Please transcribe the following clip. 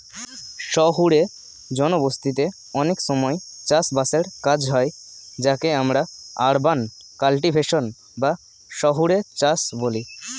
শহুরে জনবসতিতে অনেক সময় চাষ বাসের কাজ হয় যাকে আমরা আরবান কাল্টিভেশন বা শহুরে চাষ বলি